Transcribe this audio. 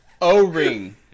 O-ring